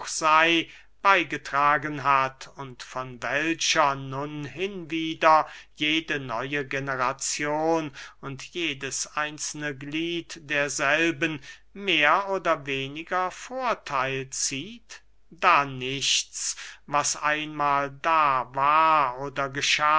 beygetragen hat und von welcher nun hinwieder jede neue generazion und jedes einzelne glied derselben mehr oder weniger vortheil zieht da nichts was einmahl da war oder